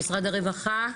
משרד הרווחה,